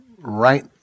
right